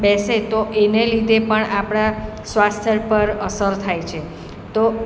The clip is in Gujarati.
બેસે તો એને લીધે પણ આપણાં સ્વાસ્થ્ય પર અસર થાય છે તો